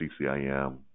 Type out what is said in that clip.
CCIM